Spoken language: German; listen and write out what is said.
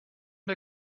der